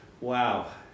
Wow